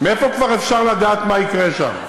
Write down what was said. מאיפה אפשר כבר לדעת מה יקרה שם?